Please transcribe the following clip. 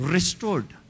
Restored